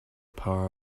power